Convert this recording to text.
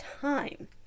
time